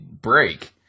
break